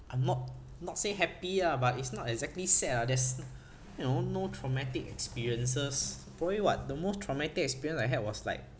I'm not not say happy ah but it's not exactly sad ah there's you know no traumatic experiences probably what the most traumatic experience I had was like